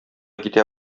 китә